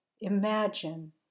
Imagine